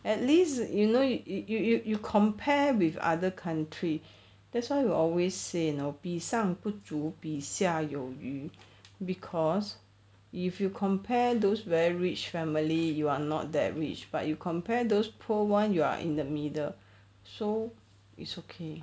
at least you know you you you you you compare with other country that's why we will always say you know 比上不足比下有余 cause if you compare those very rich family you are not that rich but you compare those poor one you are in the middle so it's okay